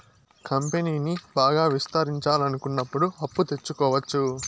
కంపెనీని బాగా విస్తరించాలనుకున్నప్పుడు అప్పు తెచ్చుకోవచ్చు